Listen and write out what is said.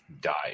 died